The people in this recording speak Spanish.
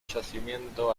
yacimiento